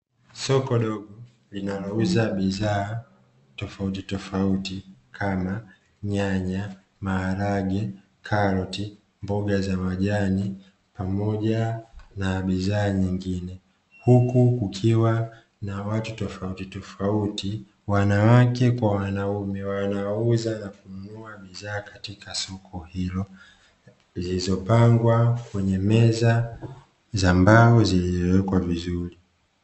Soko dogo linalouza bidhaa tofauti tofauti kama nyanya, maharage, karoti, mboga za majani pamoja na bidhaa nyingine. Huku kukiwa na watu tofauti tofauti, wanawake kwa wanaume wanaouza na kununua bidhaa katika soko hilo zilizopangwa kwenye meza za mbao zilizowekwa vizuri.